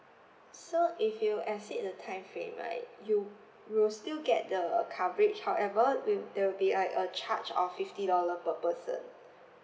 so if you exceed the time frame right you will still get the coverage however will there will be like a charge of fifty dollar per person